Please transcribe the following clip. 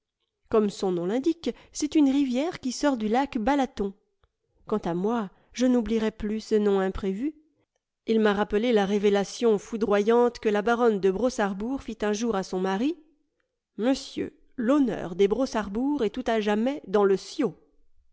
comme son nom l'indique c'est une rivière qui sort du lac balaton quant à moi je n'oublierai plus ce nom imprévu m'a rappelé la révélation foudroyante que la baronne de brossarbourg fit un jour à son mari monsieur l'honneur des brossarbourg est à tout jamais dans le siau